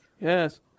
Yes